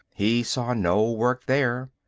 he saw no work there.